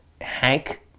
Hank